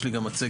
יש לי גם מצגת,